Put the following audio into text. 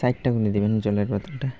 ষাটটা করে নি দিবেন জলের বাতলটা